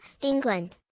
England